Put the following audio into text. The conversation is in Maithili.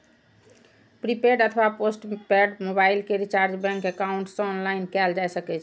प्रीपेड अथवा पोस्ट पेड मोबाइल के रिचार्ज बैंक एकाउंट सं ऑनलाइन कैल जा सकै छै